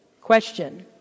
Question